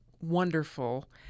wonderful